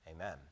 amen